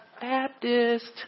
Baptist